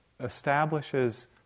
establishes